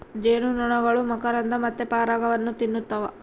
ಜೇನುನೊಣಗಳು ಮಕರಂದ ಮತ್ತೆ ಪರಾಗವನ್ನ ತಿನ್ನುತ್ತವ